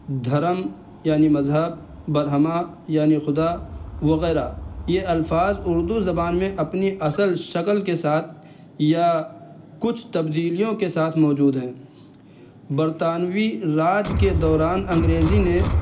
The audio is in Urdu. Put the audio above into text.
دھرم یعنی مذہب برہما یعنی خدا وغیرہ یہ الفاظ اردو زبان میں اپنی اصل شکل کے ساتھ یا کچھ تبدیلیوں کے ساتھ موجود ہیں برطانوی راج کے دوران انگریزی نے